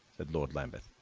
said lord lambeth.